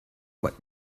what